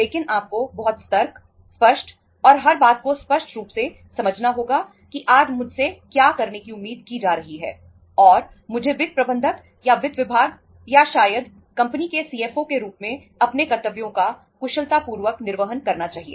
लेकिन आपको बहुत सतर्क स्पष्ट और हर बात को स्पष्ट रूप से समझना होगा कि आज मुझसे क्या करने की उम्मीद की जा रही है और मुझे वित्त प्रबंधक या वित्त विभाग या शायद कंपनी के सीएफओ के रूप में अपने कर्तव्यों का कुशलता पूर्वक निर्वहन करना चाहिए